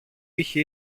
είχε